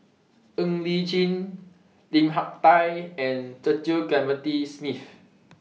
Ng Li Chin Lim Hak Tai and Cecil Clementi Smith